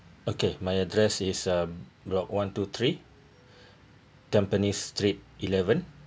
okay my address is um block one two three tampines street eleven